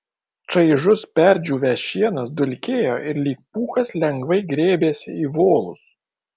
čaižus perdžiūvęs šienas dulkėjo ir lyg pūkas lengvai grėbėsi į volus